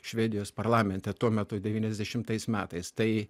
švedijos parlamente tuo metu devyniasdešimtais metais tai